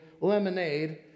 lemonade